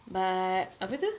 but apa tu